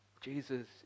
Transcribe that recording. Jesus